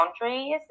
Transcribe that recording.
boundaries